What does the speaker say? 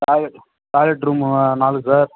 toilet toilet room நாலு sir